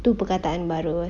tu perkataan baru ah